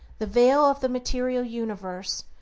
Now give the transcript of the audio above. the veil of the material universe,